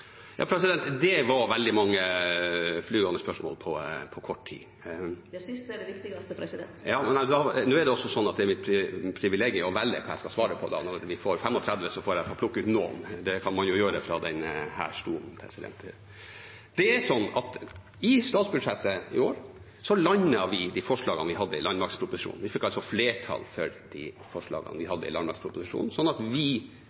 Det var veldig mange flyvende spørsmål på kort tid. Det siste er det viktigaste, president. Det er også sånn at det er mitt privilegium å velge hva jeg skal svare på. Når jeg får 35, får jeg plukke ut noen – det kan man jo gjøre fra denne talerstolen. I statsbudsjettet i år lander vi de forslagene vi hadde i landmaktproposisjonen. Vi fikk flertall for de forslagene. Ved behandlingen av statsbudsjettet som ble vedtatt i desember 2018, fikk vi flertall i Stortinget for de forslagene til endringer som vi